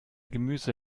gemüse